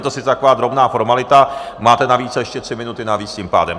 Je to sice taková drobná formalita, máte ještě tři minuty navíc tím pádem.